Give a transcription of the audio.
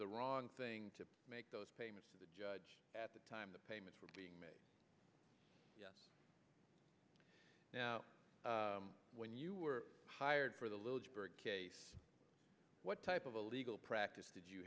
the wrong thing to make those payments to the judge at the time the payments were being made now when you were hired for the case what type of illegal practice did you